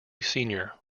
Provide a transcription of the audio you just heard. senior